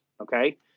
okay